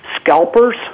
scalpers